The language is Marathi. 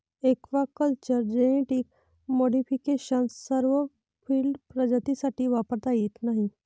एक्वाकल्चर जेनेटिक मॉडिफिकेशन सर्व फील्ड प्रजातींसाठी वापरता येत नाही